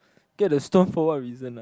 get the stuff for what reason ah